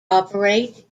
operate